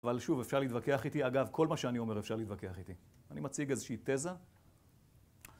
אבל שוב, אפשר להתווכח איתי. אגב, כל מה שאני אומר אפשר להתווכח איתי. אני מציג איזושהי תזה.